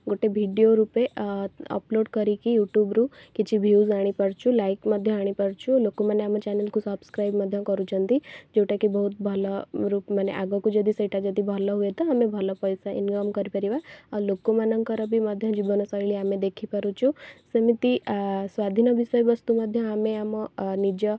ଗୋଟେ ଭିଡ଼ିଓ ରୂପେ ଅପଲୋଡ଼୍ କରିକି ୟୁଟୁବ୍ରୁ କିଛି ଭିୟୁଜ୍ ଆଣିପାରୁଛୁ ଲାଇକ୍ ମଧ୍ୟ ଆଣିପାରୁଛୁ ଲୋକମାନେ ଆମ ଚ୍ୟାନେଲ୍କୁ ସବସ୍କ୍ରାଇବ୍ ମଧ୍ୟ କରୁଛନ୍ତି ଯେଉଁଟାକି ବହୁତ ଭଲ ରୁ ମାନେ ଆଗକୁ ଯଦି ସେଇଟା ଯଦି ଭଲ ହୁଏ ତ ଆମେ ଭଲ ପଇସା ଇନକମ୍ କରିପାରିବା ଆଉ ଲୋକମାନଙ୍କର ବି ମଧ୍ୟ ଜୀବନଶୈଳୀ ଆମେ ଦେଖିପାରୁଛୁ ସେମିତି ସ୍ୱାଧୀନ ବିଷୟ ବସ୍ତୁ ମଧ୍ୟ ଆମେ ଆମ ନିଜ